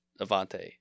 Avante